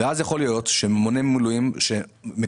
יכול להיות מצב שממונה מילואים שמקבל